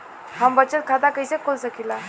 हम बचत खाता कईसे खोल सकिला?